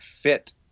fit